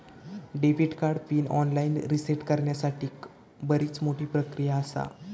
debit card PIN online reset करण्यासाठीक बरीच मोठी प्रक्रिया आसा